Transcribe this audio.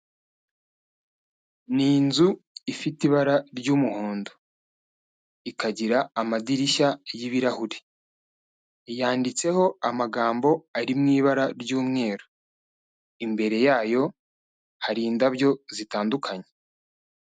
Ni inzu ifite ibara ry'umuhondo ikagira amadirishya y'ibirahuri, yanditseho amagambo ari mu ibara ry'umweru, imbere yayo hari indabyo zitandukanye.